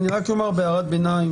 אני רק אומר בהערת ביניים